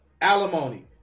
alimony